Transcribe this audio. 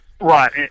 Right